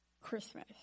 Christmas